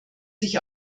sich